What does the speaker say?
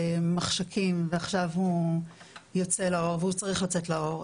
מחשקים ועכשיו הוא יוצא לאור והוא צריך לצאת לאור,